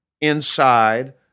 inside